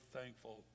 thankful